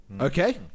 okay